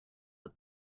but